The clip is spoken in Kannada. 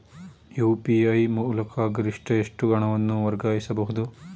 ಯು.ಪಿ.ಐ ಮೂಲಕ ಗರಿಷ್ಠ ಎಷ್ಟು ಹಣವನ್ನು ವರ್ಗಾಯಿಸಬಹುದು?